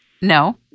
No